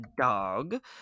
Dog